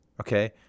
Okay